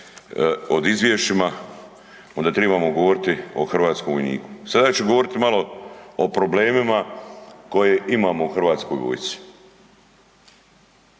o izvješćima, onda trebamo govoriti o hrvatskom vojniku. Sada ću govoriti malo o problemima koje imamo u hrvatskoj vojsci.